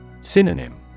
Synonym